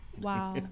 Wow